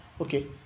Okay